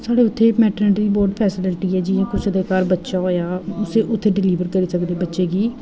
स्हानू इत्थै मैटरनिटी दी बहुत फैस्लिटी ऐ जि'यां कुसै दे घर बच्चा होएआ उसी उत्थै डलिबर करी सकदे बच्चे गी